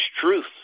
truth